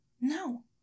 No